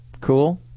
Cool